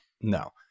no